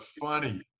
funny